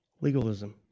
Legalism